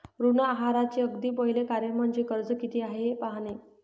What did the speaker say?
ऋण आहाराचे अगदी पहिले कार्य म्हणजे कर्ज किती आहे हे पाहणे